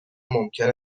ممکن